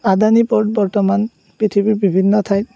Adani port বৰ্তমান পৃথিৱীৰ বিভিন্ন ঠাইত